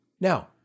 Now